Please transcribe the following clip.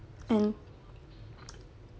and